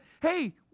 Hey